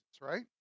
right